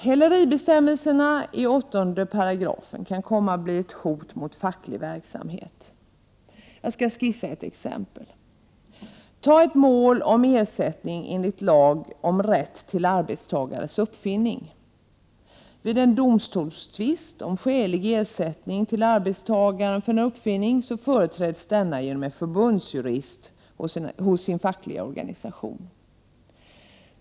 Häleribestämmelsen i 8 § kan komma att bli ett hot mot facklig verksamhet. Som exempel kan jag ta ett mål om ersättning enligt lag om rätten till arbetstagares uppfinning. Vid en domstolstvist om skälig ersättning till arbetstagaren för en uppfinning företräds denne genom en förbundsjurist hos sin fackliga organisation.